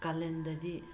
ꯀꯥꯂꯦꯟꯗꯗꯤ